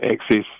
access